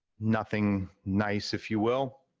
nothing nice, if you will.